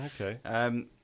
Okay